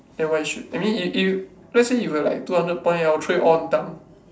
and why shoot I mean if if you let's say you have like two hundred point oh train all dunk